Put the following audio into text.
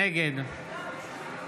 נגד